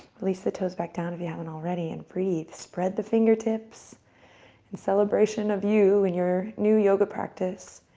release the toes back down if you haven't already and breathe. spread the fingertips in celebration of you and your new yoga practice.